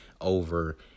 over